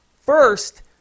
first